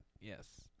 Yes